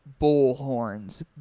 bullhorns